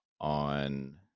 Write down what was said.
on